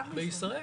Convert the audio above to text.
רק בישראל,